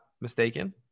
mistaken